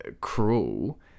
cruel